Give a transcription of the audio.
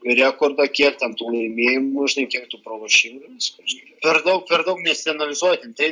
rekordą kiek ten tų laimėjimų žinai kiek tų pralošimų ir viskas žinai per daug per daug nesianalizuoju ten taip